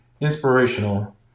inspirational